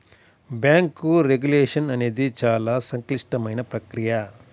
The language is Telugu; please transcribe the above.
బ్యేంకు రెగ్యులేషన్ అనేది చాలా సంక్లిష్టమైన ప్రక్రియ